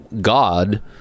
God